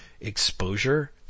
exposure